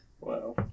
Wow